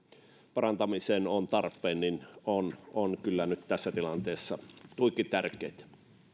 parantamiseksi ovat tarpeen ovat kyllä nyt tässä tilanteessa tuiki tärkeitä